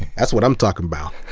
that's what i'm talking about.